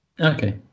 Okay